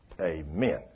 amen